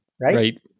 right